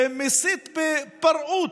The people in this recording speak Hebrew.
ומסית בפראות.